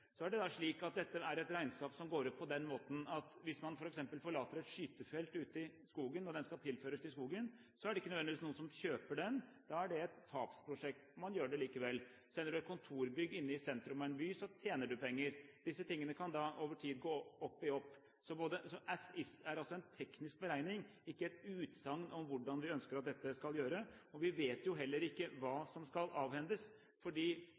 Så har det vært slik at dette er et regnskap som går ut på at hvis man f.eks. forlater et skytefelt ute i skogen, og det skal tilbakeføres til skogen, er det ikke nødvendigvis noen som kjøper den. Da er det et tapsprosjekt – man gjør det likevel. Selger man et kontor inne i sentrum av en by, tjener man penger. Disse tingene kan over tid gå opp i opp. Så «as is» er en teknisk beregning, ikke et utsagn om hvordan vi ønsker at dette skal gjøres. Vi vet jo heller ikke hva som skal avhendes.